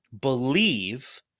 believe